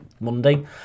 Monday